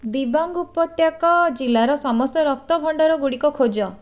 ଦିବଙ୍ଗ୍ ଉପତ୍ୟାକ ଜିଲ୍ଲାର ସମସ୍ତ ରକ୍ତ ଭଣ୍ଡାରଗୁଡ଼ିକ ଖୋଜ